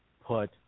put